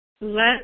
let